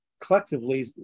collectively